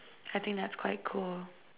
I think that's quite cool